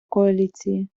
коаліції